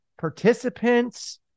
participants